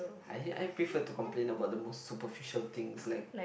I hate I prefer to complain about the most superficial things like